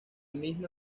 misma